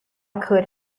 could